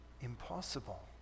impossible